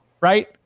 right